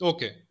Okay